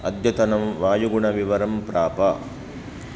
अद्यतनं वायुगुणविवरं प्राप